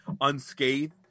unscathed